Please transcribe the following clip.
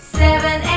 seven